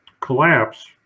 collapse